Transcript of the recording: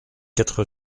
quatre